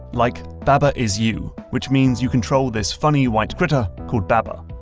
like, baba is you, which means you control this funny white critter called baba.